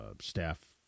staff